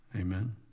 Amen